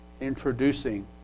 introducing